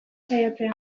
saiatzea